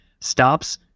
stops